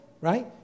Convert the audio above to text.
right